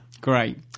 Great